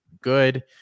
good